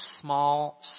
small